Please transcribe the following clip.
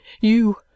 You